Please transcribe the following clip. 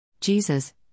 Jesus